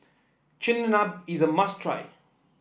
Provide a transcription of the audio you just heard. Chigenabe is a must try